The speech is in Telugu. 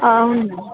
అవును మేడం